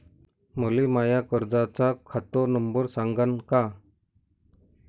मले माया कर्जाचा खात नंबर सांगान का?